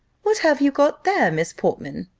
what have you got there, miss portman?